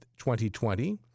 2020—